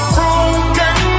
Broken